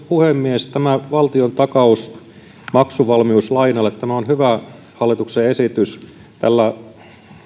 puhemies tämä valtiontakaus maksuvalmiuslainalle on hyvä hallituksen esitys tällä